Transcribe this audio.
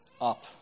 Up